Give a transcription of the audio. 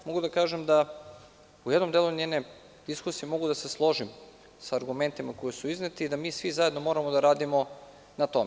Mogu čak da kažem da u jednom delu njene diskusije mogu da se složim sa argumentima koji su izneti i da svi zajedno moramo da radimo na tome.